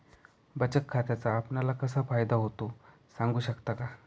बचत खात्याचा आपणाला कसा फायदा होतो? सांगू शकता का?